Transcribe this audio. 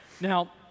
Now